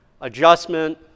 Adjustment